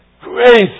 Grace